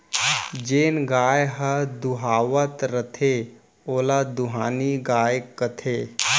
जेन गाय ह दुहावत रथे ओला दुहानी गाय कथें